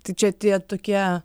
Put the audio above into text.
tai čia tie tokie